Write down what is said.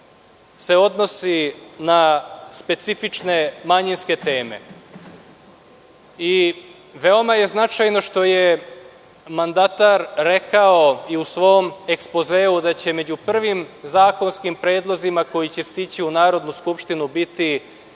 se odnosi na specifične manjinske teme. Veoma je značajno što je mandatar rekao i u svom ekspozeu da će među prvim zakonskim predlozima koji će stići u Narodnu skupštinu biti